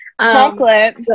Chocolate